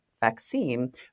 vaccine